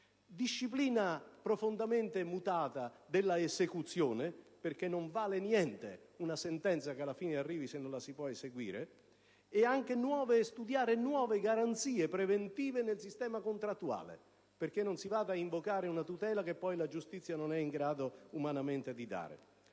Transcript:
mutare profondamente la disciplina dell'esecuzione, perché non vale niente una sentenza che alla fine arrivi, se non può essere eseguita, e studiare nuove garanzie preventive del sistema contrattuale, perché non si vada ad invocare una tutela che poi la giustizia non è in grado umanamente di